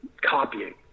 copying